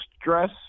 stress